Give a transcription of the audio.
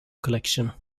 collection